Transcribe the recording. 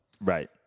Right